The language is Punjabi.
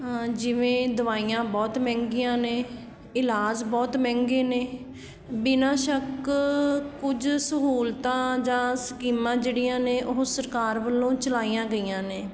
ਜਿਵੇਂ ਦਵਾਈਆਂ ਬਹੁਤ ਮਹਿੰਗੀਆਂ ਨੇ ਇਲਾਜ ਬਹੁਤ ਮਹਿੰਗੇ ਨੇ ਬਿਨਾਂ ਸ਼ੱਕ ਕੁਝ ਸਹੂਲਤਾਂ ਜਾਂ ਸਕੀਮਾਂ ਜਿਹੜੀਆਂ ਨੇ ਉਹ ਸਰਕਾਰ ਵੱਲੋਂ ਚਲਾਈਆ ਗਈਆਂ ਨੇ